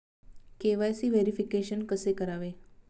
KYC verification कसे करावे?